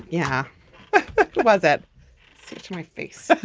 yeah was it my face